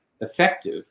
effective